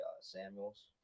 Samuels